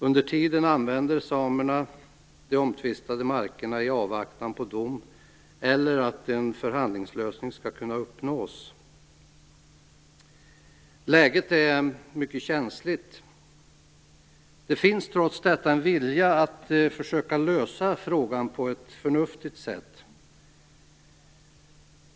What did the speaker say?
Under tiden använder samerna de omtvistade markerna i avvaktan på dom eller på att en förhandlingslösning skall kunna uppnås. Läget är mycket känsligt, men det finns trots detta en vilja att försöka lösa frågan på ett förnuftigt sätt.